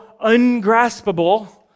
ungraspable